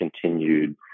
continued